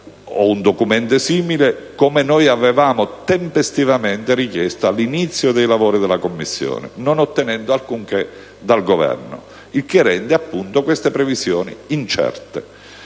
o un documento simile, come avevamo tempestivamente richiesto all'inizio dei lavori della Commissione, non ottenendo alcunché dal Governo. Ciò rende queste previsioni incerte.